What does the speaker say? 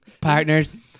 partners